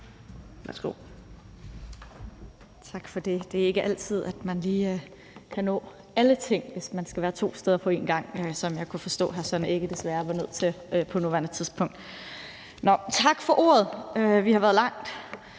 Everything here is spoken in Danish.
Tak for det. Det er ikke altid, man lige kan nå alle ting, hvis man skal være to steder på en gang, som jeg kunne forstå hr. Søren Egge Rasmussens desværre var nødt til på nuværende tidspunkt. Tak for ordet. Hold da